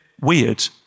weird